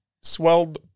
swelled